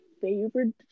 favorite